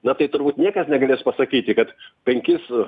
na tai turbūt niekas negalės pasakyti kad penkis